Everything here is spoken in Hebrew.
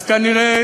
אז כנראה